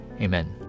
Amen